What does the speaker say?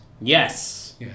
yes